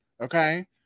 Okay